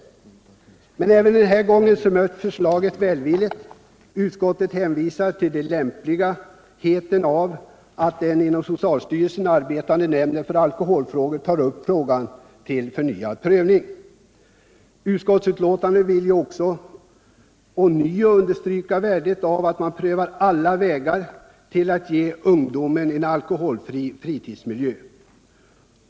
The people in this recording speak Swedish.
Även den här gången möts förslaget välvilligt, och utskottet hänvisar till det lämpliga i att den inom socialstyrelsen arbetande nämnden för alkoholfrågor tar upp ärendet till förnyad prövning. Utskottets betänkande understryker ånyo värdet av att pröva alla vägar för att ge ungdomen en alkoholfri fritidsmiljö.